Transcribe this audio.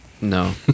No